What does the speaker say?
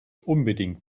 unbedingt